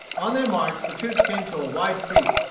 on their march the troops came to a wide creek,